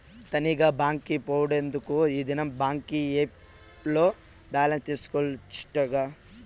తనీగా బాంకి పోవుడెందుకూ, ఈ దినం బాంకీ ఏప్ ల్లో బాలెన్స్ తెల్సుకోవచ్చటగా